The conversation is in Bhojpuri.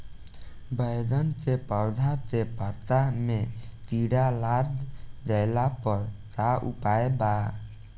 बैगन के पौधा के पत्ता मे कीड़ा लाग गैला पर का उपाय बा?